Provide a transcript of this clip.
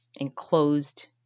enclosed